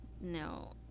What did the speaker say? no